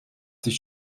sich